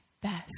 best